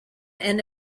and